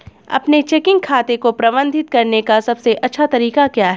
अपने चेकिंग खाते को प्रबंधित करने का सबसे अच्छा तरीका क्या है?